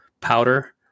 powder